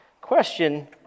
question